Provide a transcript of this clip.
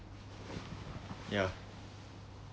ya